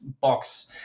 box